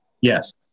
Yes